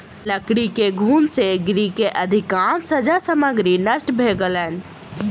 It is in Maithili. लकड़ी के घुन से गृह के अधिकाँश सज्जा सामग्री नष्ट भ गेलैन